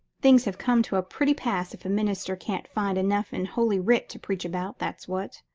things have come to a pretty pass if a minister can't find enough in holy writ to preach about, that's what.